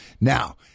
Now